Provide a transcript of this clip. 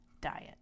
diet